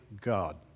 God